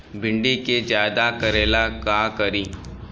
भिंडी के ज्यादा फरेला का करी?